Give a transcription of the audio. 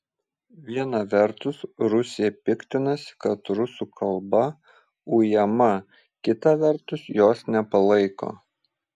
viena vertus rusija piktinasi kad rusų kalba ujama kita vertus jos nepalaiko